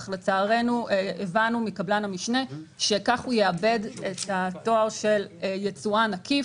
אך לצערנו הבנו מקבלן המשנה שכך הוא יאבד את התואר של יצואן עקיף,